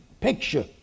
picture